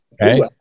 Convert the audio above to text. Okay